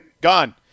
Gone